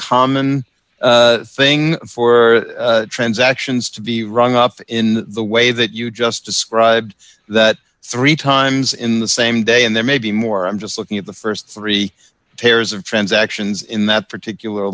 common thing for transactions to be rung up in the way that you just described that three times in the same day and there may be more i'm just looking at the st three pairs of transactions in that particular